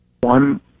one